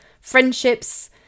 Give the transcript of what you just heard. friendships